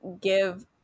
give